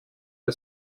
der